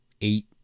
eight